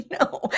no